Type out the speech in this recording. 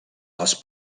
les